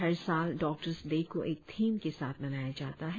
हर साल doctors day को एक थीम के साथ मनाया जाता है